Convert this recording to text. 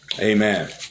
Amen